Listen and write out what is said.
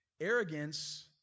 Arrogance